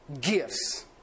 gifts